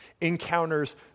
encounters